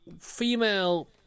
female